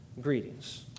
greetings